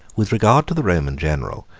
with regard to the roman general,